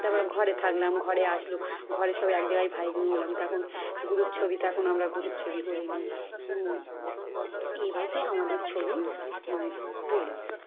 তারপর ঘরে থাকলাম ঘরে আসলো ঘরে সবাই এক জায়গায় ভাই বোন হলাম তখন গ্রুপ ছবি তখন আমরা গ্রুপ ছবি করে নিই এইভাবেই আমাদের ছবি মানে তুলি